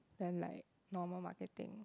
than like normal marketing